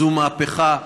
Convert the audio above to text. זו מהפכה.